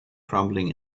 crumbling